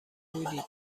بودی